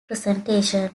presentation